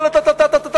טא-טא-טא-טא,